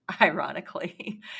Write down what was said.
ironically